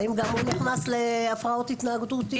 האם גם הוא נכנס הפרעות התנהגותיות?